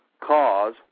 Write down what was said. cause